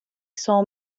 saw